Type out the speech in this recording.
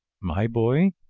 my boy,